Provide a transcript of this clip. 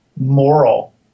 moral